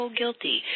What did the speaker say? guilty